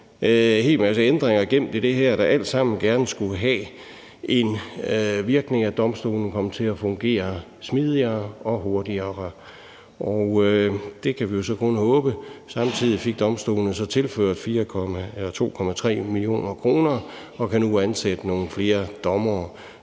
en hel masse ændringer gemt i det her, der alle sammen gerne skulle have den virkning, at domstolene kommer til at fungere smidigere og hurtigere. Det kan vi jo så kun håbe på. Samtidig fik domstolene så tilført 2,3 mio. kr. og kan nu ansætte nogle flere dommere.